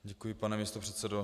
Děkuji, pane místopředsedo.